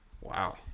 Wow